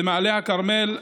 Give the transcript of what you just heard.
במעלה הכרמל,